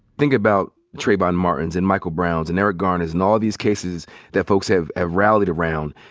think about travyon martins and michael browns and eric garners and all of these cases that folks have have rallied around.